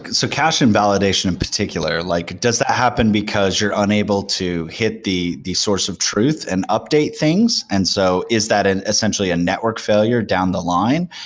so cache invalidation in particular, like does that happen because you're unable to hit the the source of truth and update things? and so is that essentially a network failure down the line?